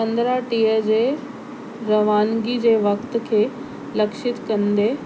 पंद्राहं टीह जे रवानगी जे वक़्ति खे लक्षित कंदे